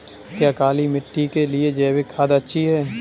क्या काली मिट्टी के लिए जैविक खाद अच्छी है?